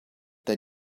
that